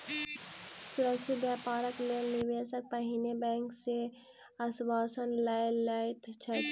सुरक्षित व्यापारक लेल निवेशक पहिने बैंक सॅ आश्वासन लय लैत अछि